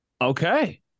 Okay